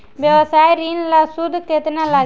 व्यवसाय ऋण ला सूद केतना लागी?